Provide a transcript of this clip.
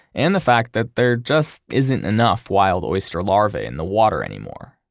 and the fact that there just isn't enough wild oyster larvae in the water anymore.